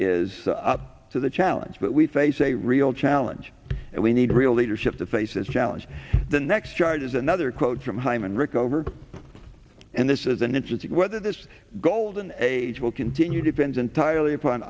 is up to the challenge but we face a real challenge and we need real leadership to face as challenge the next chart is another quote from hyman rickover and this is an interesting whether this golden age will continue depends entirely upon